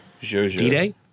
D-Day